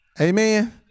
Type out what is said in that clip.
amen